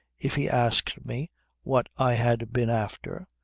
if he asked me what i had been after,